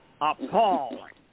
appalling